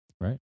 right